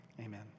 Amen